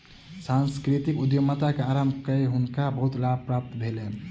सांस्कृतिक उद्यमिता के आरम्भ कय हुनका बहुत लाभ प्राप्त भेलैन